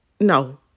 no